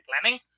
planning